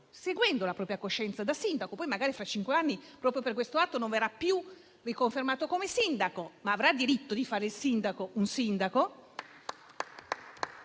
seguendo la propria coscienza da sindaco. Poi magari, fra cinque anni, proprio per questo atto, non verrà più riconfermato in carica, ma avrà diritto di fare il sindaco, un sindaco?